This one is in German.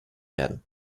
werden